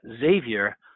Xavier